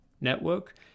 network